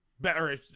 Better